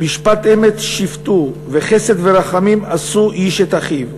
משפט אמת שפטו, וחסד ורחמים עשו איש את אחיו'.